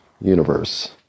universe